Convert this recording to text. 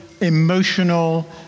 emotional